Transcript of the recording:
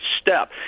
step